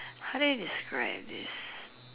how do you describe this